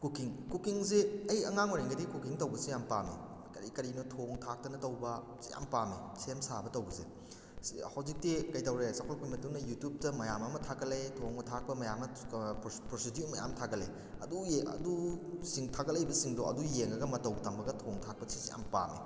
cooking ꯀꯨꯀꯤꯡꯁꯦ ꯑꯩ ꯑꯉꯥꯡ ꯑꯣꯏꯔꯤꯉꯩꯗꯒꯤ ꯀꯨꯀꯤꯡ ꯇꯧꯕ ꯌꯥꯝ ꯄꯥꯝꯃꯤ ꯀꯔꯤ ꯀꯔꯤꯅꯣ ꯊꯣꯡ ꯊꯥꯛꯇꯅ ꯇꯧꯕ ꯁꯤ ꯌꯥꯝ ꯄꯥꯝꯃꯤ ꯁꯦꯝ ꯁꯥꯕ ꯇꯧꯕꯁꯦ ꯍꯧꯖꯤꯛꯇꯤ ꯀꯩꯗꯧꯔꯦ ꯆꯥꯎꯈꯠꯂꯛꯄꯩ ꯃꯇꯨꯡ ꯏꯟꯅ ꯌꯨꯇ꯭ꯌꯨꯕꯇ ꯃꯌꯥꯝ ꯑꯃ ꯊꯥꯒꯠꯂꯛꯑꯦ ꯊꯣꯡꯕ ꯊꯥꯛꯄ ꯃꯌꯥꯝ ꯑꯃ ꯄ꯭ꯔꯣꯁꯤꯗꯤꯌꯨꯔ ꯃꯌꯥꯝ ꯑꯃ ꯊꯥꯒꯠꯂꯦ ꯑꯗꯨ ꯑꯗꯨꯁꯤꯡ ꯊꯥꯒꯠꯂꯛꯏꯕꯁꯤꯡꯗꯣ ꯑꯗꯨ ꯌꯦꯡꯂꯒ ꯃꯇꯧ ꯇꯝꯂꯒ ꯊꯣꯡ ꯊꯥꯛꯄꯁꯤꯁꯨ ꯌꯥꯝ ꯄꯥꯝꯃꯤ